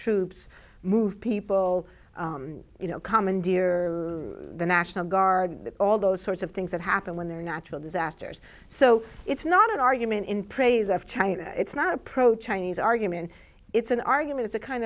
troops move people you know commandeer the national guard all those sorts of things that happen when there are natural disasters so it's not an argument in praise of china it's not a pro chinese argument it's an argument it's a kind